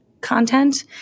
content